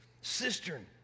cistern